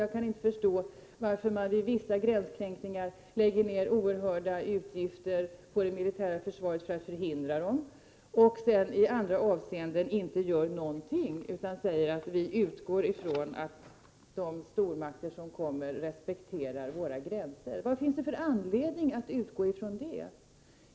Inte heller kan jag förstå varför man vid vissa gränskränkningar lägger ned oerhörda summor på det militära försvaret för att förhindra dem, medan man i andra avseenden ingenting gör och säger sig utgå från att de stormakter som kommer respekterar våra gränser. Vilken anledning finns det att utgå från det?